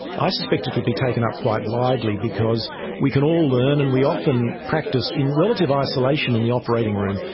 i suspect it will be taken up quite widely because we can all learn and we often practice in relative isolation in the operating room.